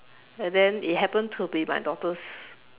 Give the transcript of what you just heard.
and then it happened to be my daughter's